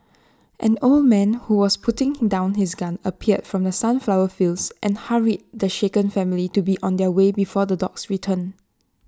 an old man who was putting down his gun appeared from the sunflower fields and hurried the shaken family to be on their way before the dogs return